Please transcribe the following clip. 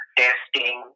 testing